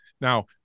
Now